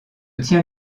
tient